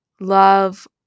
love